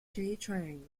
triangle